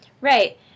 Right